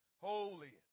holy